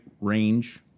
range